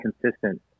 consistent